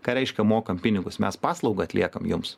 ką reiškia mokam pinigus mes paslaugą atliekam jums